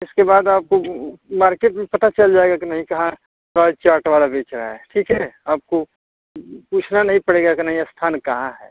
इसके बाद आपको मार्केट में पता चल जाएगा कि नहीं कहाँ रॉयल चाट वाला बेचा रहा है ठीक है आपको पूछना नहीं पड़ेगा के नहीं स्थान कहाँ है